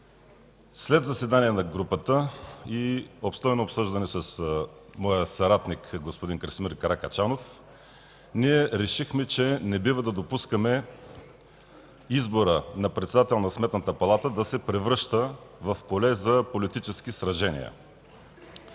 След заседание на групата и обстойно обсъждане с моя съратник – господин Красимир Каракачанов, ние решихме, че не бива да допускаме избора на председател на Сметната палата да се превръща в поле за политически сражения.